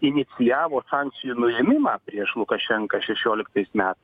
inicijavo sankcijų nuėmimą prieš lukašenką šešioliktais metais